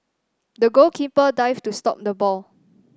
the goalkeeper dived to stop the ball